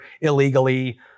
illegally